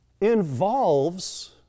involves